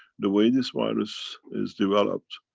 the way this virus is developed,